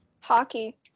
hockey